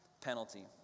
penalty